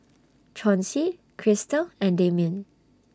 Chauncey Krystal and Damian